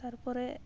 ᱛᱟᱨᱯᱚᱨᱮ